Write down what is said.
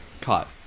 caught